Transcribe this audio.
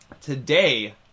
today